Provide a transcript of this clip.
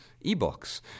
e-books